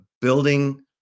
building